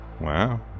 wow